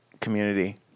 community